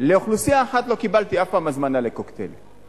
לאוכלוסייה אחת לא קיבלתי אף פעם הזמנה לקוקטיילים,